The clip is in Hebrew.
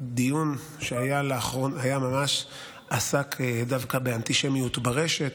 הדיון שהיה לאחרונה עסק דווקא באנטישמיות ברשת.